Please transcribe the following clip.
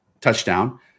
touchdown